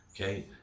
okay